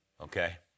Okay